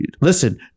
listen